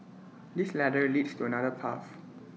this ladder leads to another path